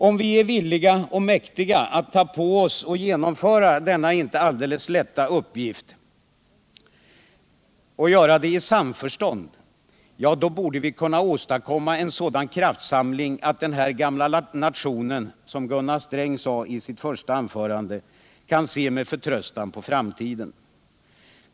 Om vi är villiga och mäktiga att ta på oss och genomföra denna inte alldeles lätta uppgift och göra det i samförstånd — då borde vi kunna åstadkomma en sådan kraftsamling att den här gamla nationen, som Gunnar Sträng sade i sitt första anförande, med förtröstan kan se på framtiden.